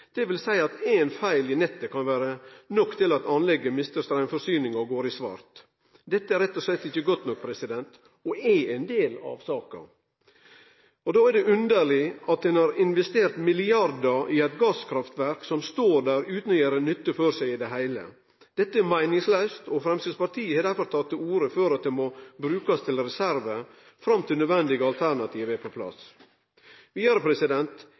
at ein feil i nettet kan vere nok til at anlegget mistar straumforsyninga og går i svart. Dette er rett og slett ikkje godt nok og er ein del av saka. Då er det underleg at ein har investert milliardar i eit gasskraftverk som står der utan å gjere nytte for seg i det heile. Dette er meiningslaust, og Framstegspartiet har derfor tatt til orde for at det må brukast som reserve fram til nødvendige alternativ er på plass. Vidare